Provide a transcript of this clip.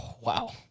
Wow